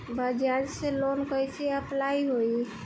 बज़ाज़ से लोन कइसे अप्लाई होई?